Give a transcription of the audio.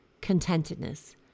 contentedness